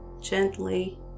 gently